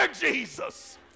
Jesus